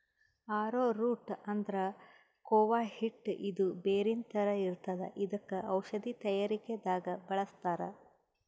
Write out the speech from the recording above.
ಆರೊ root ಅಂದ್ರ ಕೂವ ಹಿಟ್ಟ್ ಇದು ಬೇರಿನ್ ಥರ ಇರ್ತದ್ ಇದಕ್ಕ್ ಔಷಧಿ ತಯಾರಿಕೆ ದಾಗ್ ಬಳಸ್ತಾರ್